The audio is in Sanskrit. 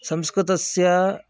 संस्कृतस्य